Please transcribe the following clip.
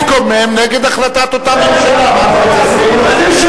הוא מתקומם נגד החלטת אותה ממשלה, מה אתה רוצה?